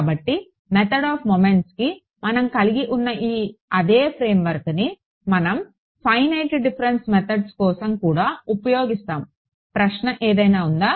కాబట్టి method of మొమెంట్స్కి మనం కలిగి ఉన్న అదే ఫ్రేమ్వర్క్ని మనం ఫైనైట్ డిఫరెన్స్ మెథడ్స్ కోసం కూడా ఉపయోగిస్తాముప్రశ్న ఏదైనా ఉందా